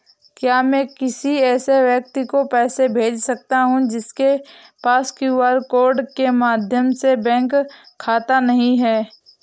क्या मैं किसी ऐसे व्यक्ति को पैसे भेज सकता हूँ जिसके पास क्यू.आर कोड के माध्यम से बैंक खाता नहीं है?